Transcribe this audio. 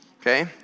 okay